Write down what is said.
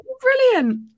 brilliant